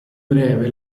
breve